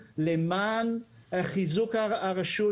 למען חיזוק הרשות.